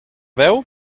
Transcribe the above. veu